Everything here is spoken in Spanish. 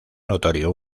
notorio